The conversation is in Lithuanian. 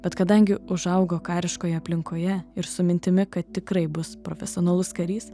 bet kadangi užaugo kariškoj aplinkoje ir su mintimi kad tikrai bus profesionalus karys